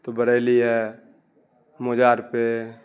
تو بریلی ہے مزار پہ